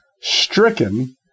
stricken